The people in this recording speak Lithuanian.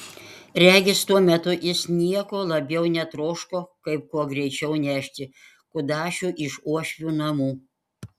regis tuo metu jis nieko labiau netroško kaip kuo greičiau nešti kudašių iš uošvių namų